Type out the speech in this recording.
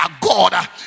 God